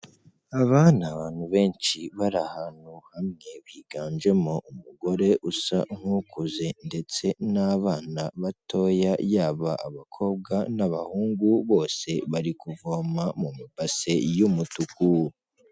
Aba ni abantu benshi bari ahantu hamwe biganjemo umugore usa nk'ukuze ndetse n'abana batoya, yaba abakobwa n'abahungu bose bari kuvoma mu mabase y'umutuku.